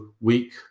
week